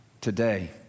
today